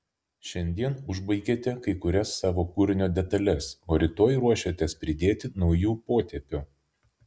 šiandien užbaigėte kai kurias savo kūrinio detales o rytoj ruošiatės pridėti naujų potėpių